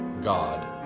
God